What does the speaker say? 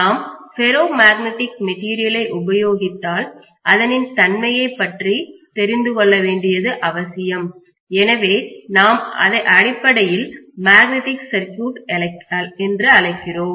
நாம் ferro magnetic மெட்டீரியலை உபயோகிப்பதால் அதனின் தன்மையைப் பற்றி தெரிந்து கொள்ளவேண்டியது அவசியம் எனவே நாம் அதை அடிப்படையில் மேக்னெட்டிக் சர்க்யூட் அழைக்கிறோம்